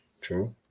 True